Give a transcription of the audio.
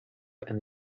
and